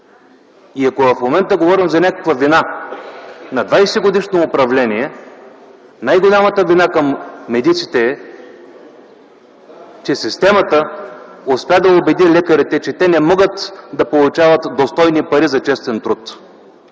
И ако в момента говорим за някаква вина на 20-годишно управление най-голямата вина на медиците, е че системата успя да убеди лекарите, че те не могат да получават достойни пари за честен труд.